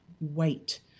wait